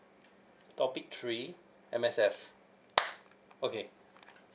topic three M_S_F okay